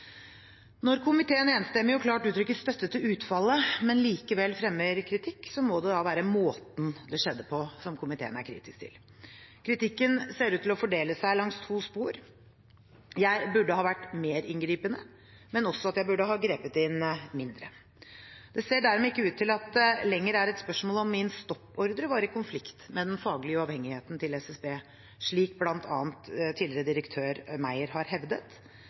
Når komiteen enstemmig og klart uttrykker støtte til utfallet, men likevel fremmer kritikk, må det da være måten det skjedde på, som komiteen er kritisk til. Kritikken ser ut til å fordele seg langs to spor – jeg burde ha vært mer inngripende, men også at jeg burde ha grepet inn mindre. Det ser dermed ikke ut til at det lenger er et spørsmål om min stoppordre var i konflikt med den faglige uavhengigheten til SSB, slik bl.a. tidligere direktør Meyer har hevdet,